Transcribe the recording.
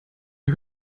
die